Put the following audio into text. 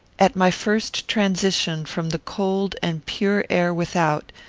at my first transition from the cold and pure air without,